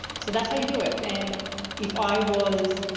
so that's how you do it. and if i was